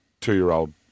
two-year-old